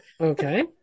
Okay